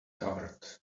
covered